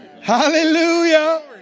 Hallelujah